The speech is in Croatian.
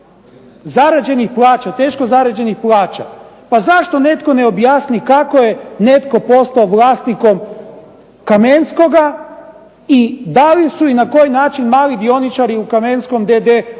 Zarađenih plaća, teško zarađenih plaća. Pa zašto netko ne objasni kako je netko postao vlasnikom Kamenskoga i da li su i na koji način mali dioničari u Kamenskom d.d. oštećeni